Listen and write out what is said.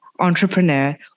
entrepreneur